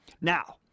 Now